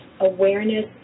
awareness